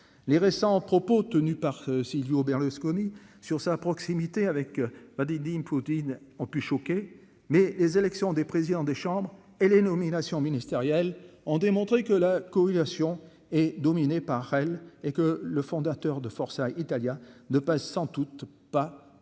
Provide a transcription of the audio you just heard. les récents propos tenus par Silvio Berlin. Sur sa proximité avec ma Didine Poutine ont pu choquer, mais les élections des présidents des Chambres elle est. Ministériel ont démontré que la corrélation est par elle et que le fondateur de Força Italia ne passe sans doute pas autant